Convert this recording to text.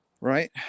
right